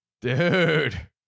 Dude